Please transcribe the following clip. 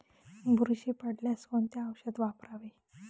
बुरशी पडल्यास कोणते औषध वापरावे?